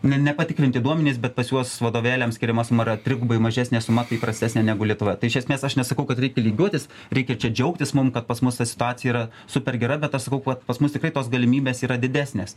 ne nepatikrinti duomenys bet pas juos vadovėliam skiriama suma trigubai mažesnė suma įprastesnė negu lietuvoje tai iš esmės aš nesakau kad reikia lygiuotis reikia čia džiaugtis mum kad pas mus ta situacija yra super gera bet aš sakau vat pas mus tikrai tos galimybės yra didesnės